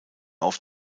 auf